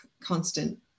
constant